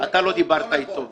אתה לא דיברת איתו הבוקר.